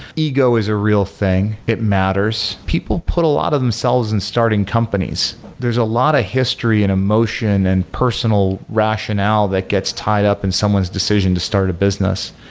ego is a real thing. it matters. people put a lot of themselves in and starting companies. there's a lot of history and emotion and personal rationale that gets tied up in someone's decision to start a business.